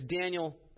Daniel